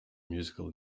musical